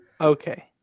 Okay